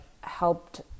helped